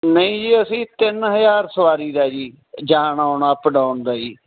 ਨਹੀਂ ਜੀ ਅਸੀਂ ਤਿੰਨ ਹਜ਼ਾਰ ਸਵਾਰੀ ਦਾ ਜੀ ਜਾਣ ਆਉਣ ਅਪ ਡਾਊਨ ਦਾ ਜੀ